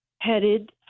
headed